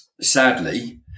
sadly